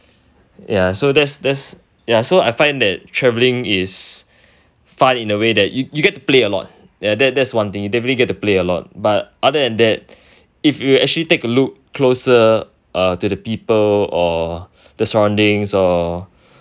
ya so that's that's ya so I find that travelling is fun in a way that you get to play a lot ya that's that's one thing you definitely get to play a lot but other than that if you actually take a look closer uh to the people or the surroundings or